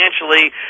financially